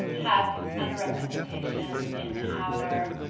have underrepresentation in our